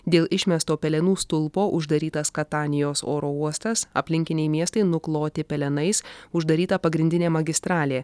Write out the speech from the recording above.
dėl išmesto pelenų stulpo uždarytas katanijos oro uostas aplinkiniai miestai nukloti pelenais uždaryta pagrindinė magistralė